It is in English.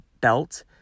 belt